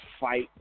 fight